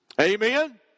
Amen